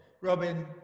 Robin